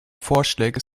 vorschläge